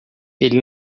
ele